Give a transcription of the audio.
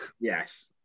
Yes